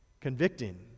convicting